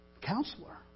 counselor